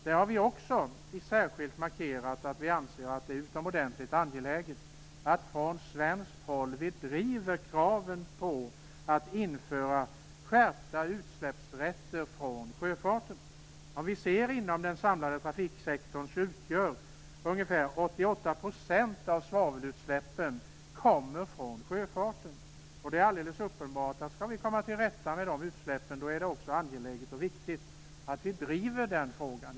Där har vi också särskilt markerat att vi anser att det är utomordentligt angeläget att vi från svenskt håll driver kraven på att införa skärpta utsläppsrätter för sjöfarten. Om vi tittar närmare på den samlade trafiksektorn finner vi att ungefär 88 % av svavelutsläppen kommer från sjöfarten. Det är alldeles uppenbart att skall vi komma till rätta med de utsläppen är det också angeläget och viktigt att vi driver den frågan.